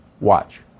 Watch